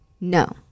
no